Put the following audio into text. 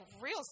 real